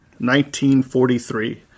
1943